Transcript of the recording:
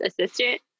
assistant